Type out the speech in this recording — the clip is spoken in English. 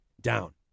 down